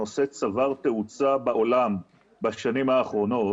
הנושא צבר תאוצה בעולם בשנים האחרונות